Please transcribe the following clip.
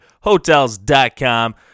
Hotels.com